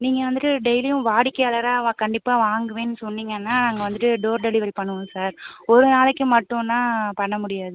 நீங்கள் வந்துவிட்டு டெய்லியும் வாடிக்கையாளராக வ கண்டிப்பாக வாங்குவேன்னு சொன்னீங்கன்னா நாங்கள் வந்துவிட்டு டோர் டெலிவெரி பண்ணுவோம் சார் ஒரு நாளைக்கு மட்டும்னா பண்ண முடியாது